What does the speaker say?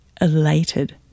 elated